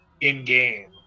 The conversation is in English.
in-game